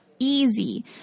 Easy